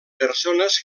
persones